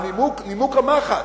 הנימוק, נימוק המחץ,